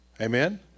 Amen